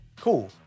cool